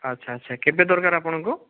ଆଚ୍ଛା ଆଚ୍ଛା କେବେ ଦରକାର ଆପଣଙ୍କୁ